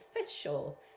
official